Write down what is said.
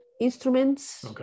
instruments